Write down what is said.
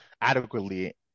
adequately